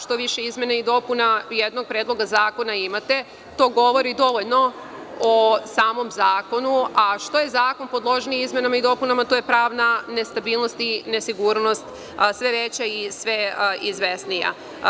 Što više izmena i dopuna jednog predloga zakona imate, to govori dovoljno o samom zakonu, a što je zakon podložniji izmenama i dopunama, to je pravna nestabilnost i nesigurnost sve veća i sve izvesnija.